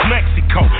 Mexico